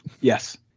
Yes